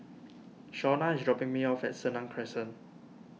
Shawnna is dropping me off at Senang Crescent